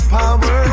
power